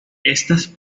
estas